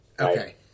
Okay